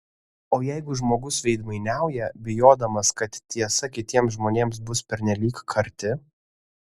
o jeigu žmogus veidmainiauja bijodamas kad tiesa kitiems žmonėms bus pernelyg karti